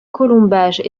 colombages